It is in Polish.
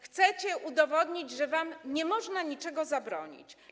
Chcecie udowodnić, że wam nie można niczego zabronić.